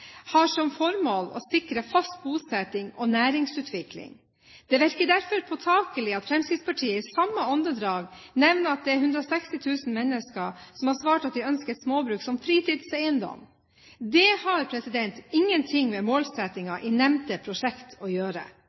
har til formål å sikre fast bosetting og næringsutvikling. Det virker derfor påtakelig at Fremskrittspartiet i samme åndedrag nevner at det er 160 000 mennesker som har svart at de ønsker et småbruk som fritidseiendom. Det har ingen ting med målsettingen i nevnte prosjekt å gjøre.